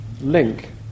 link